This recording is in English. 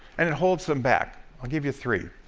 and it holds them back. i'll give you three.